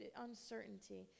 uncertainty